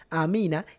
amina